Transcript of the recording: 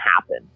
happen